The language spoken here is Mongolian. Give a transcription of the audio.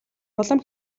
улам